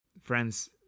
friends